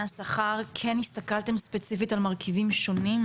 השכר כן הסתכלתם ספציפית על מרכיבים שונים,